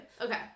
Okay